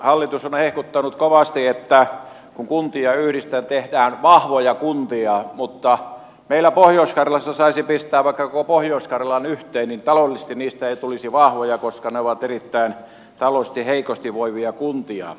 hallitus on hehkuttanut kovasti että kuntia yhdistäen tehdään vahvoja kuntia mutta meillä pohjois karjalassa saisi pistää vaikka koko pohjois karjalan yhteen niin taloudellisesti niistä ei tulisi vahvoja koska ne ovat taloudellisesti erittäin heikosti voivia kuntia